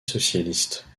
socialiste